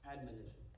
Admonition